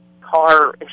car